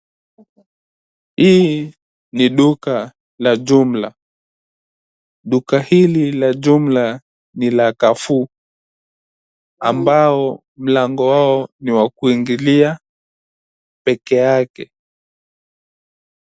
Hii ni duka la jumla. Duka hili la jumla ni la Carrefour ambao mlango wao ni wa kuingilia pekee yake.